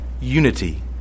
unity